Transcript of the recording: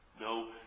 No